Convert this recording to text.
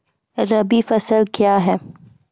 रबी फसल क्या हैं?